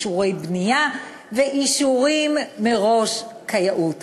אישורי בנייה ואישורים מראש כיאות.